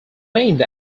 named